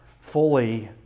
fully